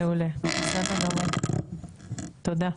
מעולה, בסדר גמור, תודה.